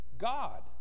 God